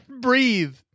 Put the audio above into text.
breathe